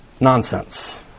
nonsense